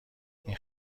این